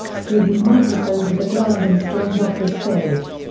threw his microphone to the ground and stormed off the stage.